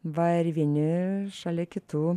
va ir vieni šalia kitų